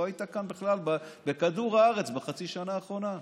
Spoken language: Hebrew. לא היית כאן בכלל בכדור הארץ בחצי השנה האחרונה,